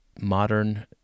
modern